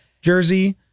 jersey